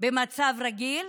במצב רגיל,